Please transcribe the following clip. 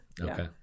Okay